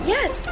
Yes